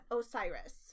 Osiris